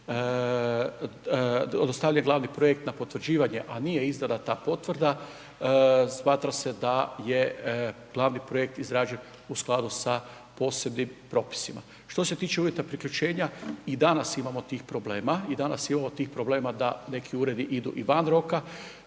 dostavljen glavni projekt na potvrđivanje a nije izdana ta potvrda smatra se da je glavni projekt izrađen u skladu sa posebnim propisima. Što se tiče uvjeta priključenja i danas imamo tih problema. I danas imamo tih problema da neki uredi idu i van roka,